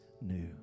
new